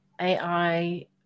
AI